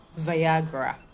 viagra